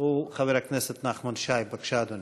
הוא חבר הכנסת נחמן שי, בבקשה, אדוני.